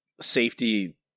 safety